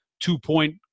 two-point